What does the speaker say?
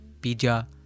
Pija